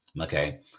Okay